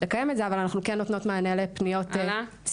לקיים את זה אבל אנחנו כן נותנות מענה לפניות ציבור.